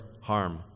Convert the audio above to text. harm